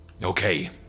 Okay